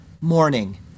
morning